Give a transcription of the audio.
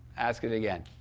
ask it again.